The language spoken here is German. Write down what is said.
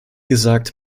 gesagt